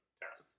test